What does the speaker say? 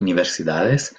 universidades